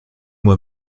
moi